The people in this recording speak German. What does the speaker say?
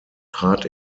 trat